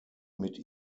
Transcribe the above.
mit